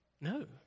No